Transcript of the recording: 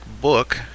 Book